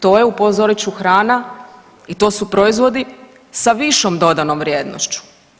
To je upozorit ću hrana i to su proizvodi sa višom dodanom vrijednošću.